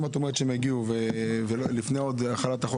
אם את אומרת שהן יגיעו לפני החלת החוק